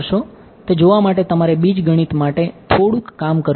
તે જોવા માટે તમારે બીજગણિત માટે થોડુંક કામ કરવું પડશે